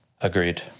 Agreed